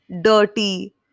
dirty